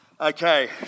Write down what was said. Okay